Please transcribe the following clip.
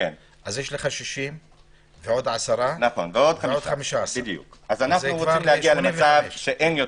אז יש 60 ועוד 10 ועוד 15. 85. אנחנו רוצים שזה לא